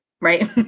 right